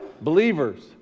believers